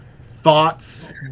Thoughts